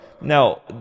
Now